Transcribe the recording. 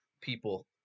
people